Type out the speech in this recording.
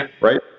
right